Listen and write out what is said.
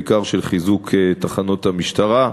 בעיקר של חיזוק תחנות המשטרה.